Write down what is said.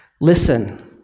Listen